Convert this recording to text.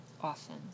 often